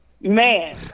Man